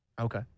Okay